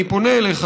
אני פונה אליך,